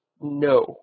No